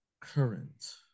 Current